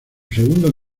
segundo